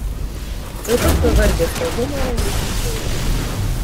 tuoj pat pavargęs nuo humoro jis nutilo